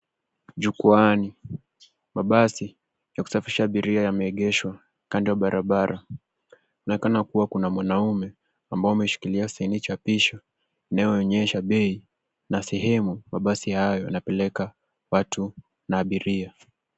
Jukwaani mabasi ya kusafirisha abiria yameegeshwa kando ya barabara. Inaonekana kuwa Kuna mwanaume, ambaye amemshikilia signi cha picha, inayo onyesha bei na sehemu ambayo mabasi hayo yanapeleka watu na abiria.